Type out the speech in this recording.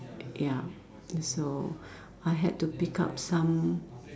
ya so I had to pick up some